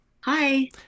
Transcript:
hi